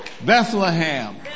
Bethlehem